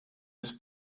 his